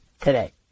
today